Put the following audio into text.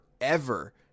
forever